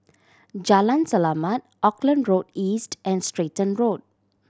Jalan Selamat Auckland Road East and Stratton Road